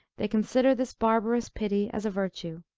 they consider this barbarous pity as a virtue.